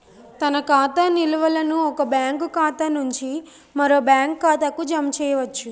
తన ఖాతా నిల్వలను ఒక బ్యాంకు ఖాతా నుంచి మరో బ్యాంక్ ఖాతాకు జమ చేయవచ్చు